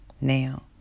now